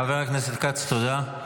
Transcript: חבר הכנסת כץ, תודה.